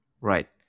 right